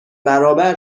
برابر